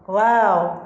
wow